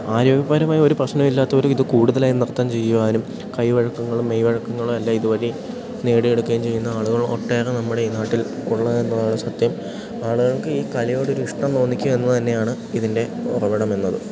ആരോഗ്യപരമായ ഒരു പ്രശ്നമില്ലാത്തവരും ഇതു കൂടുതലായി നൃത്തം ചെയ്യുവാനും കൈ വഴക്കങ്ങളും മെയ് വഴക്കങ്ങളും അല്ല ഇതു വഴി നേടിയെടുക്കുകയും ചെയ്യുന്ന ആളുകൾ ഒട്ടേറെ നമ്മുടെ ഈ നാട്ടിൽ ഉള്ളതെന്നുള്ള സത്യം ആളുകൾക്ക് ഈ കലയോട് ഒരു ഇഷ്ടം തോന്നിക്കുക എന്നു തന്നെയാണ് ഇതിൻറെ ഉറവിടമെന്നത്